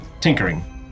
tinkering